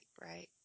right